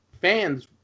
fans